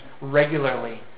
regularly